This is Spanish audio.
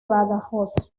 badajoz